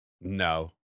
No